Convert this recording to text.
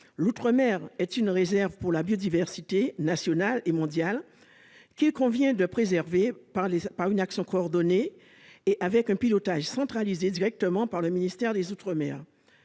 L'outre-mer est une réserve pour la biodiversité nationale et mondiale qu'il convient de préserver par une action coordonnée, et le pilotage doit être centralisé directement par le ministère des outre-mer.